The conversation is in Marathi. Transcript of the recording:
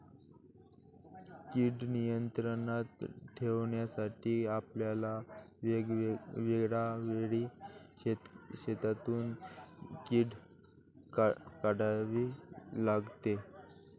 कीड नियंत्रणात ठेवण्यासाठी आपल्याला वेळोवेळी शेतातून कीड काढावी लागते